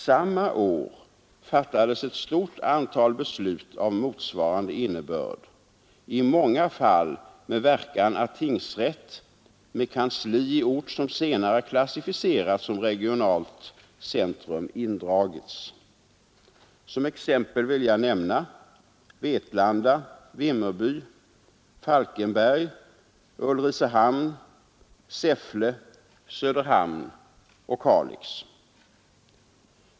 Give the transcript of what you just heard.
Samma år fattades ett stort antal beslut av motsvarande innebörd ,i många fall med verkan att tingsrätt med kansli på ort som senare klassificerades som regionalt centrum indragits. Som exempel vill jag nämna Vetlanda, Vimmerby, Falkenberg, Ulricehamn, Säffle, Söderhamn och Kalix.